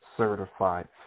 certified